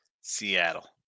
Seattle